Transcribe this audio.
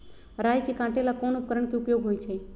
राई के काटे ला कोंन उपकरण के उपयोग होइ छई?